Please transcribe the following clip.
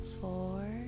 Four